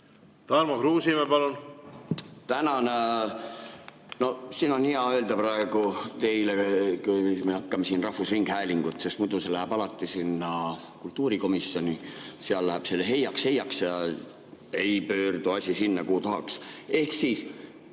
Tarmo Kruusimäe, palun! Tänan! On hea öelda praegu teile, kui me lahkame siin rahvusringhäälingut, sest muidu see läheb alati kultuurikomisjoni, seal läheb heiaks-heiaks ja ei pöördu asi sinna, kuhu tahaks. Eesti